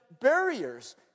barriers